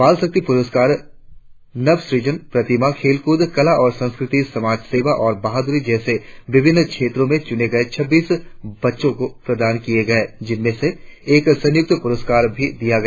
बाल शक्ति पुरस्कार नवसूजन प्रतिमा खेलकूद कला और संस्कृति समाज सेवा और बहाद्री जैसे विभिन्न क्षेत्रों में चूने गए छब्बीस बच्चों को प्रदान किए गए जिनमें से एक संयुक्त पुरस्कार भी दिया गया